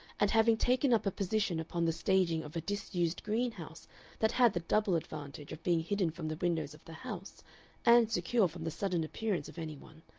and having taken up a position upon the staging of a disused greenhouse that had the double advantage of being hidden from the windows of the house and secure from the sudden appearance of any one,